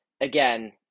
again